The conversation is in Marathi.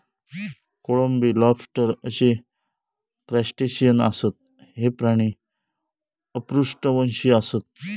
कोळंबी, लॉबस्टर अशी क्रस्टेशियन आसत, हे प्राणी अपृष्ठवंशी आसत